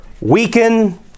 weaken